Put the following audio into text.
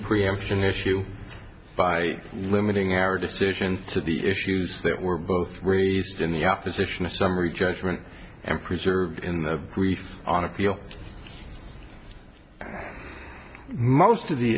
preemption issue by limiting our decisions to the issues that were both raised in the opposition to summary judgment and preserved in the brief on appeal most of the